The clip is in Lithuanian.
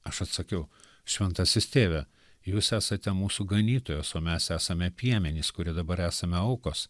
aš atsakiau šventasis tėve jūs esate mūsų ganytojas o mes esame piemenys kurie dabar esame aukos